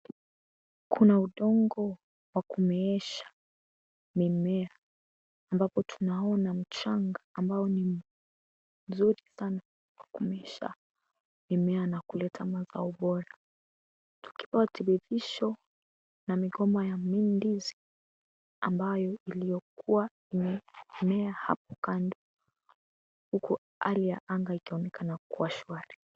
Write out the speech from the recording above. Kuna udongo wa kumeesha mimea ambako tunaona mchanga ambao ni mzuri sana wakumeesha mimea na kuleta mazao bora. Tukiwa thibitisho na mikoma ya mindizi ambayo iliokuwa imemea hapo kando huku hali ya anga ikionekana kuwa shwari.